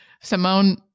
Simone